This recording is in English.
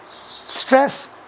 stress